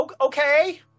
Okay